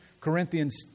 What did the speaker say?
Corinthians